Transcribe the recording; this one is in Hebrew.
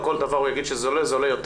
על כל דבר הוא יגיד שזה עולה יותר.